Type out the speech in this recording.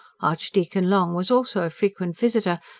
archdeacon long was also a frequent visitor,